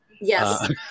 Yes